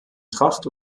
tracht